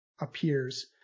appears